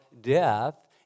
death